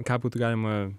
ką būtų galima